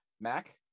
Mac